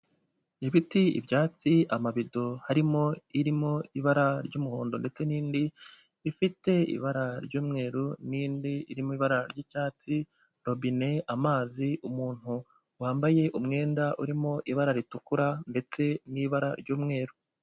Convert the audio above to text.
Ibiti, ibyatsi, amabido harimo irimo ibara ry'umuhondo ndetse n'indi ifite ibara ry'umweru n'indi irimo ibara ry'icyatsi, robine, amazi, umuntu wambaye umwenda urimo ibara ritukura ndetse n'ibara ry'umweru.